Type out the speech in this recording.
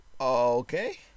okay